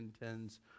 intends